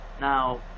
now